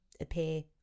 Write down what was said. appear